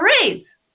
raise